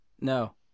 No